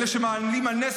אלה שמעלים על נס,